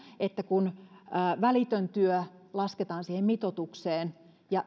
että kun välitön työ lasketaan siihen mitoitukseen ja